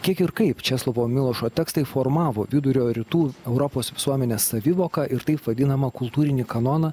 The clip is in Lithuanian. kiek ir kaip česlovo milošo tekstai formavo vidurio rytų europos visuomenės savivoką ir taip vadinamą kultūrinį kanoną